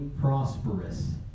prosperous